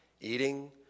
eating